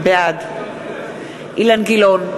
בעד אילן גילאון,